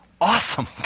awesome